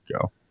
go